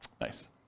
Nice